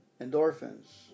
endorphins